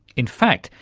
in fact,